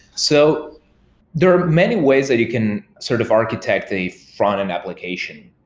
so there are many ways that you can sort of architecture a frontend application.